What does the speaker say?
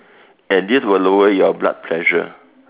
and this will lower your blood pressure